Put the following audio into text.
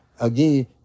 again